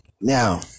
Now